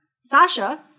Sasha